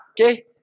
Okay